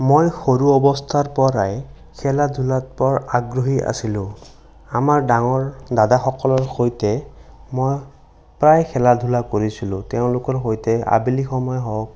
মই সৰু অৱস্থাৰ পৰাই খেলা ধূলাত বৰ আগ্ৰহী আছিলোঁ আমাৰ ডাঙৰ দাদাসকলৰ সৈতে মই প্ৰায় খেলা ধূলা কৰিছিলোঁ তেওঁলোকৰ সৈতে আবেলি সময় হওঁক